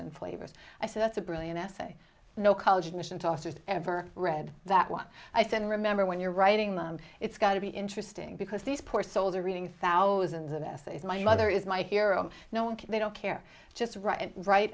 and flavors i said that's a brilliant essay no college admissions officers ever read that one i said remember when you're writing them it's got to be interesting because these poor souls are reading thousands of essays my mother is my hero no one can they don't care just wri